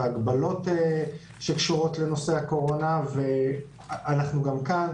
הגבלות שקשורות לנושא הקורונה ואנחנו גם כאן.